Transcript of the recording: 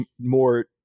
more